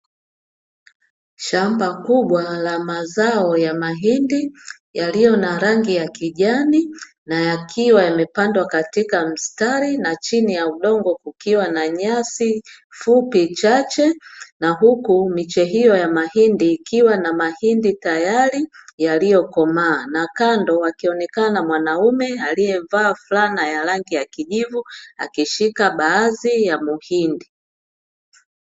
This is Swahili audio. Shamba kubwa la mazao ya mahindi yaliyo na rangi ya kijani na yakiwa yamepandwa katika mstari. Na chini ya udongo kukiwa na nyasi fupi chache na huku miche hiyo ya mahindi ikiwa na mahindi tayari yaliyokomaa. Na kando akionekana mwanaume aliyevaa fulana ya rangi ya kijivu akishika baadhi ya mahindi.